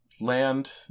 land